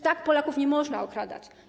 Tak Polaków nie można okradać.